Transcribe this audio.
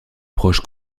proches